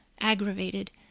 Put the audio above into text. aggravated